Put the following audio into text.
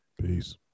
Peace